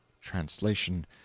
TRANSLATION